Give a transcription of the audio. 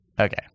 Okay